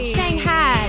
Shanghai